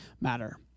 matter